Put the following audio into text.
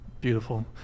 Beautiful